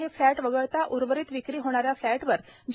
हे फ्लॅट वगळता उर्वरित विक्री होणाऱ्या फ्लॅटवर जी